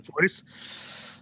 voice